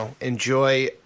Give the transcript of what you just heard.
enjoy